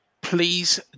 please